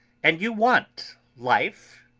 and you want life?